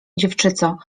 dziewczyco